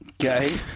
Okay